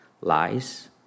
lies